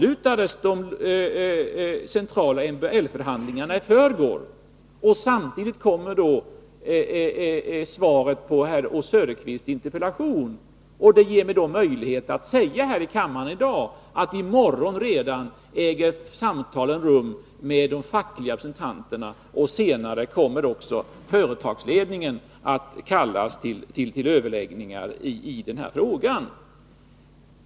De centrala MBL-förhandlingarna avslutades i förrgår, och i dag lämnas svaret på Oswald Söderqvists interpellation. Det ger mig möjlighet att säga här i kammaren att samtalen med de fackliga representanterna äger rum redan i morgon. Senare kommer också företagsledningen att kallas till överläggningar i frågan.